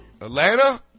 Atlanta